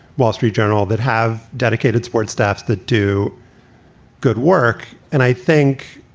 wall street journal that have dedicated sports staffs that do good work and i think,